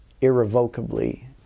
irrevocably